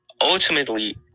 ultimately